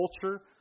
culture